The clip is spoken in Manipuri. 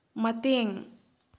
ꯃꯇꯦꯡ